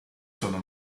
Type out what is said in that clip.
sono